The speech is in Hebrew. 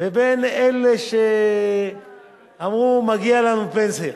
ובין אלה שאמרו: מגיעה לנו פנסיה,